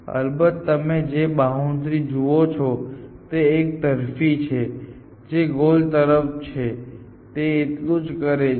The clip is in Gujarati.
અલબત્ત તમે જે બાઉન્ડ્રી જુઓ છો તે એકતરફી છે જે ગોલ તરફ છે તે એટલું જ કરે છે